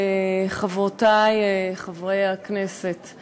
חברותי וחברי חברי הכנסת,